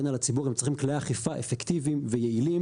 על הציבור גם צריכים כלי אכיפה אפקטיביים ויעילים,